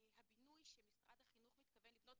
הבינוי שמשרד החינוך מתכוון לבנות,